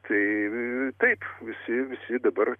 tai taip visi visi dabar